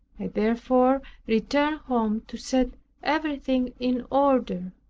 i therefore returned home to set everything in order.